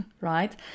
right